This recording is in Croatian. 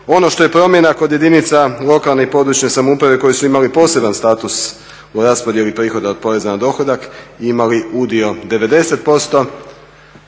Ono što je promjena kod jedinica lokalne i područne samouprave koji su imali poseban status u raspodjeli prihoda od poreza na dohodak i imali udio 90%